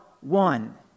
one